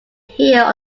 heel